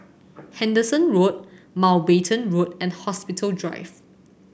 Henderson Road Mountbatten Road and Hospital Drive